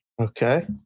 Okay